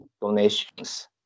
donations